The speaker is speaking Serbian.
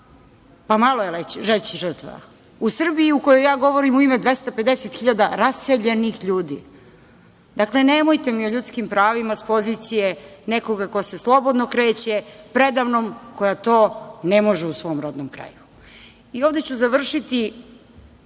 pa malo je reći žrtva, u Srbiji u kojoj ja govorim u ime 250 hiljada raseljenih ljudi. Dakle, nemojte mi o ljudskim pravima sa pozicije nekoga ko se slobodno kreće preda mnom, koja to ne može u svom rodnom kraju. Ovde ću završiti,